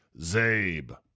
Zabe